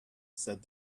said